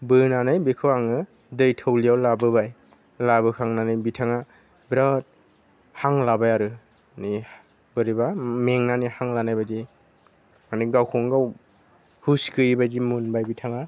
बोनानै बेखौ आङो दै थब्लियाव लाबोबाय लाबोखांनानै बिथाङा बिरात हां लाबाय आरो बोरैबा मेंनानै हां लानाय बायदि माने गावखौनो गाव हुस गैयि बायदि मोनबाय बिथाङा